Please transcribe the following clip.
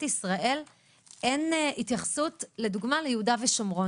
ישראל אין התייחסות לדוגמה ליהודה ושומרון,